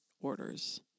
orders